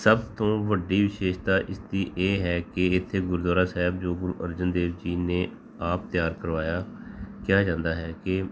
ਸਭ ਤੋਂ ਵੱਡੀ ਵਿਸ਼ੇਸ਼ਤਾ ਇਸ ਦੀ ਇਹ ਹੈ ਕਿ ਇੱਥੇ ਗੁਰਦੁਆਰਾ ਸਾਹਿਬ ਜੋ ਗੁਰੂ ਅਰਜਨ ਦੇਵ ਜੀ ਨੇ ਆਪ ਤਿਆਰ ਕਰਵਾਇਆ ਕਿਹਾ ਜਾਂਦਾ ਹੈ ਕਿ